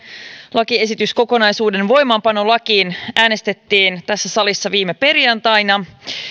lakiesityskokonaisuuden voimaanpanolakiin äänestettiin tässä salissa viime perjantaina